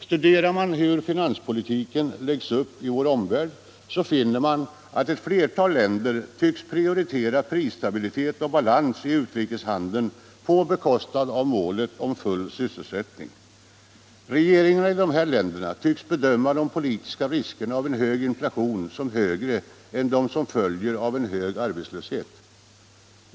Studerar man hur finanspolitiken läggs upp i vår omvärld, finner man att ett flertal av länderna tycks prioritera prisstabilitet och balans i utrikeshandeln på bekostnad av målet full sysselsättning. Regeringarna i dessa länder tycks bedöma de politiska riskerna av en hög inflation som större än de som följer av en hög arbetslöshet.